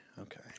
Okay